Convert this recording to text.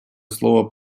слово